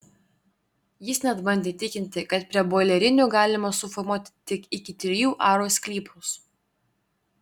jis net bandė įtikinti kad prie boilerinių galima suformuoti tik iki trijų arų sklypus